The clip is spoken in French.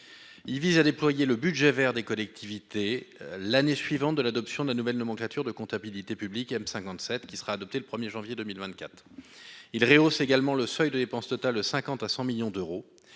il vise à déployer le budget vers des collectivités, l'année suivante de l'adoption de la nouvelle nomenclature de comptabilité publique, M. 57 qui sera adopté le 1er janvier 2024 il rehausse également le seuil de dépenses total de 50 à 100 millions d'euros,